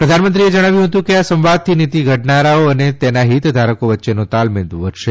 પ્રધાનમંત્રીએ જણાવ્યું હતુ કે આ સંવાદથી નિતિ ઘડનારાઓ અને તેના હિતધારકો વચ્ચેનો તાલમેલ વધશે